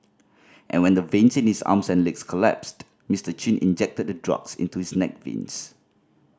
and when the veins in his arms and legs collapsed Mister Chin injected the drugs into his neck veins